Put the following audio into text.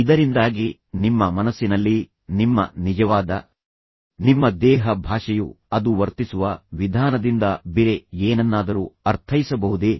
ಇದರಿಂದಾಗಿ ನಿಮ್ಮ ಮನಸ್ಸಿನಲ್ಲಿ ನಿಮ್ಮ ನಿಜವಾದ ನಿಮ್ಮ ದೇಹ ಭಾಷೆಯು ಅದು ವರ್ತಿಸುವ ವಿಧಾನದಿಂದ ಬೇರೆ ಏನನ್ನಾದರೂ ಅರ್ಥೈಸಬಹುದೇ